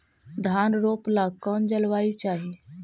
धान रोप ला कौन जलवायु चाही?